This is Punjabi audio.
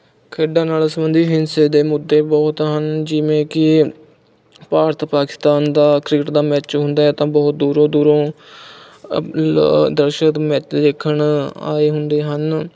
ਖੇਡਾਂ ਨਾਲ ਸਬੰਧਿਤ ਹਿੰਸੇ ਦੇ ਮੁੱਦੇ ਬਹੁਤ ਹਨ ਜਿਵੇਂ ਕਿ ਭਾਰਤ ਪਾਕਿਸਤਾਨ ਦਾ ਕ੍ਰਿਕਟ ਦਾ ਮੈਚ ਹੁੰਦਾ ਹੈ ਤਾਂ ਬਹੁਤ ਦੂਰੋਂ ਦੂਰੋਂ ਦਰਸ਼ਕ ਮੈਚ ਦੇਖਣ ਆਏ ਹੁੰਦੇ ਹਨ